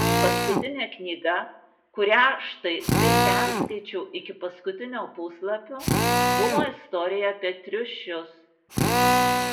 paskutinė knyga kurią štai taip perskaičiau iki paskutinio puslapio buvo istorija apie triušius